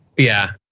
yeah,